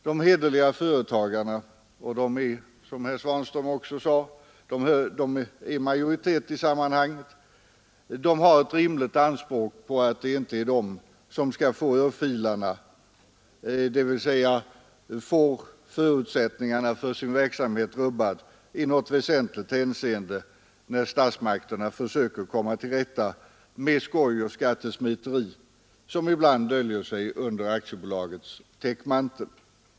De hederliga företagarna — och de är som herr Svanström sade en majoritet i sammanhanget — har ett rimligt anspråk på att inte behöva ta emot örfilarna, dvs. få förutsättningarna för sin verksamhet rubbade i något väsentligt hänseende, när statsmakterna försöker kommer till rätta med skoj och skattesmiteri som ibland döljer sig under aktiebolagens täckmantel.